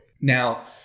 Now